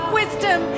wisdom